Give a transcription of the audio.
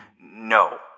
no